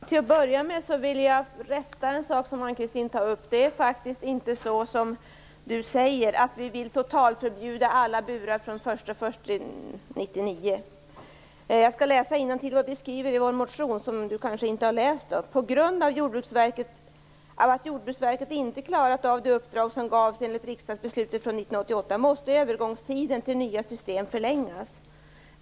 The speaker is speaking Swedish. Herr talman! Till att börja med vill jag rätta en sak som Ann-Kristine Johansson tog upp. Det är faktiskt inte så som hon säger att vi vill totalförbjuda alla burar från den 1 januari 1999. Jag skall läsa innantill vad vi skriver i vår motion, som Ann-Kristine Johansson kanske inte har läst. Där står: "På grund av att Jordbruksverket inte klarat av det uppdrag som gavs enligt riksdagsbeslutet från 1988 måste övergångstiden till nya system förlängas.